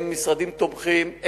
הם משרדים תומכים.